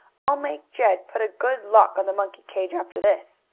i'll make jed put a good lock on the monkey-cage after this.